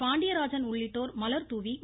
பாண்டியராஜன் உள்ளிட்டோர் மலர்தாவி திரு